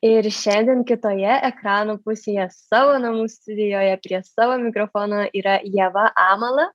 ir šiandien kitoje ekrano pusėje savo namų studijoje prie savo mikrofono yra ieva amala